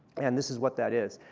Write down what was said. and this is what that is.